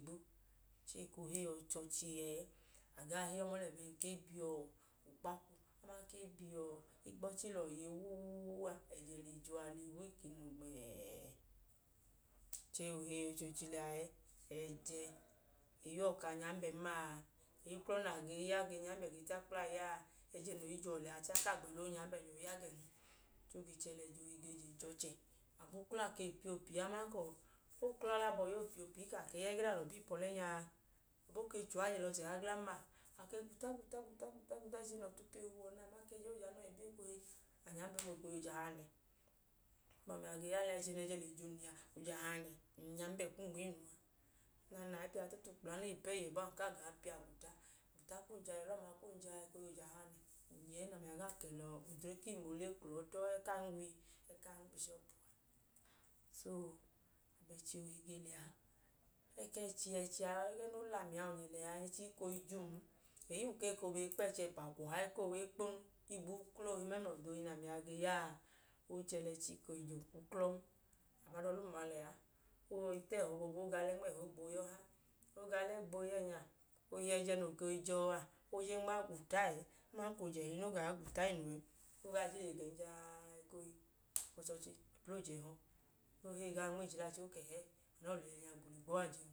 Chẹẹ, e kwu heyi ọchọọchi ẹẹ, a gaa heyi ọma, o lẹbẹẹka e bi ukpakwu aman ka igbọchi lẹ uwọ iye wu wuu wu a. A le wiki numgbẹẹ. Chẹẹ, ooheyi ojooji liya ẹẹ, ẹjẹ, eyi ya uwọ kaa nyanbẹn ma a. Uklọ nẹ a ge ya ge nyambẹ ge takpla, ẹjẹ le jẹ uwọ liya ẹẹ, chẹẹ a kaa gbẹla oonyambẹ ya gẹn. Chẹẹ, o ge chẹ lẹ ẹjẹ ohi ge jẹ ọchẹ. Abọ uklọ a ke le piya opii a uklọ ọlẹ abọhiyuwọ o le piya opii a, ẹgẹẹ nẹ alọ ba ipọlẹ nya a. Abọ o ke che uwọ a ke je lẹ ọchẹ ọha glan ma, a ke gwuta, gwuta, gwuta, gwuta nẹ, ọtu ke he uwọ nẹ a ma ka ẹjẹ ọọ jẹ anọọ ibi oo ekohi, a nyambẹ ọma, ekohi oje ahanẹ. Abọ ami a ge ya lẹ a. Ẹchi nẹ ẹjẹ le jẹ um liya, oje ahanẹ wẹ onyambẹ kum nma inu a. Eko num lẹ ayipẹ a tutu nẹ, e le pẹ ta inọkpa, ng kaa gaa piya gwuta. Ng gwuta ọma, ekohi ọla ọma kwu um jaa oje ahanẹ, ng nyẹ ẹẹ, num i gaa kẹla odre inu ọlẹ klọdọọ a, ẹẹ ku am na ili, ẹẹ ku am ga ushọpu. So, abọ ẹchi ohi ge lẹ a. O chẹ lẹ ẹchi koo i jẹ um uklọn. Abọ ada-ọlum a lẹ a. O yọi ta ẹhọ boobu, o gaa alẹ nma ẹhọ, boobu o gboo ya ọha. O ga alẹ, o gboo ya ẹẹnya. Ekohi, ẹjẹ no koo i jẹ ọ a, o ga alẹ, o ma i gwuta ẹẹ, aman ka oje ẹhili o gaa gwuta inu ẹẹ, o gaa heyi gẹn jaa gba oje ẹhọ. O nyambẹ gaa nmo inchile ẹẹ chẹẹ, o ka anọọ lẹ iyọla nya gbo gboji ajẹ.